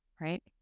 Right